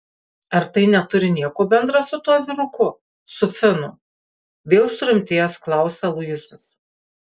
ar tai neturi nieko bendra su tuo vyruku su finu vėl surimtėjęs klausia luisas